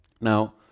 Now